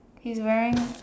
he's wearing